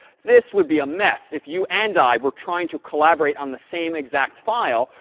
this would be a mess if you and i were trying to collaborate on the same exact file.